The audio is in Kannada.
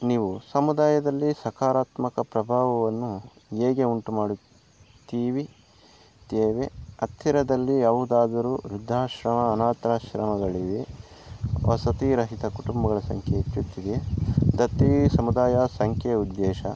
ನೀವು ಸಮುದಾಯದಲ್ಲಿ ಸಕಾರಾತ್ಮಕ ಪ್ರಭಾವವನ್ನು ಹೇಗೆ ಉಂಟು ಮಾಡುತ್ತೀವಿ ತ್ತೇವೆ ಹತ್ತಿರದಲ್ಲಿ ಯಾವುದಾದರೂ ವೃದ್ಧಾಶ್ರಮ ಅನಾಥಾಶ್ರಮಗಳಿಗೆ ವಸತಿ ರಹಿತ ಕುಟುಂಬಗಳ ಸಂಖ್ಯೆ ಹೆಚ್ಚುತ್ತಿದೆ ದತ್ತಿ ಸಮುದಾಯ ಸಂಖ್ಯೆಯ ಉದ್ದೇಶ